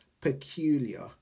peculiar